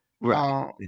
right